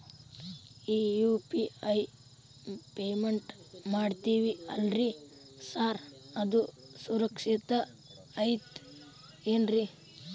ಈ UPI payment ಮಾಡ್ತೇವಿ ಅಲ್ರಿ ಸಾರ್ ಅದು ಸುರಕ್ಷಿತ್ ಐತ್ ಏನ್ರಿ?